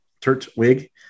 Turtwig